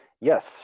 Yes